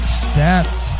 stats